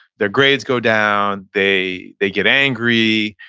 their grades go down, they they get angry,